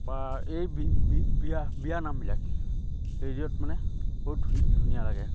বা এই বিয়া বিয়ানামবিলাক ৰেডিঅ'ত মানে বহুত ধু ধুনীয়া লাগে